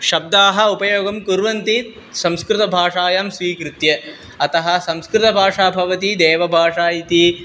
शब्दाः उपयोगं कुर्वन्ति संस्कृतभाषायां स्वीकृत्य अतः संस्कृतभाषा भवति देवभाषा इति